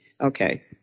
Okay